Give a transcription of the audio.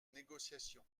négociations